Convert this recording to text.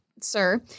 sir